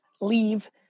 leave